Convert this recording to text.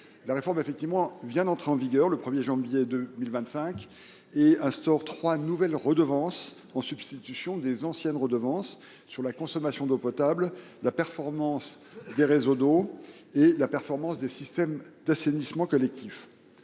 qualité de l’eau. Entrée en vigueur le 1 janvier 2025, elle instaure trois nouvelles redevances à la place des anciennes redevances sur la consommation d’eau potable, la performance des réseaux d’eau et la performance des systèmes d’assainissement collectifs.